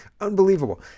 unbelievable